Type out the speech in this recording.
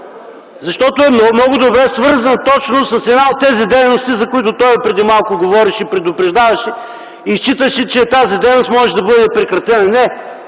Защото е много добре свързан с една от тези дейности, за които той преди малко говореше и предупреждаваше, считаше, че тази дейност може да бъде прекратена. Не,